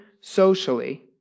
socially